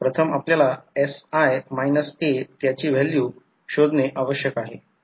तर E1 इतके हे आपण आधीच पाहिले आहे आधीच आपण मॅग्नेटिक सर्किटमध्ये पाहिले आहे तसेच आपण एक किंवा दोन गणिते देखील सोडवले आहेत